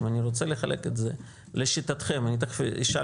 אם אני רוצה לחלק את זה לשיטתכם ותכף אשאל